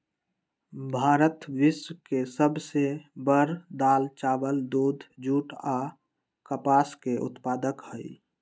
भारत विश्व के सब से बड़ दाल, चावल, दूध, जुट आ कपास के उत्पादक हई